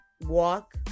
walk